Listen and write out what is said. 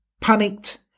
Panicked